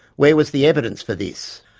where was the evidence for this?